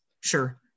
Sure